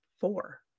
four